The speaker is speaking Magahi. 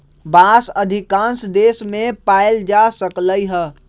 बांस अधिकांश देश मे पाएल जा सकलई ह